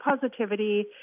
positivity